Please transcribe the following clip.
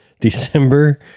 December